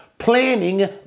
planning